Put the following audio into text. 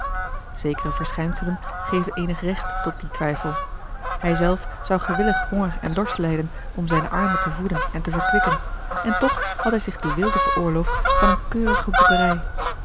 zekere verschijnselen geven eenig recht tot dien twijfel hij zelf zou gewillig honger en dorst lijden om zijne armen te voeden en te verkwikken en toch had hij zich de weelde veroorloofd van eene keurige boekerij